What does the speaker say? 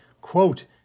quote